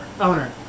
Owner